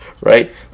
Right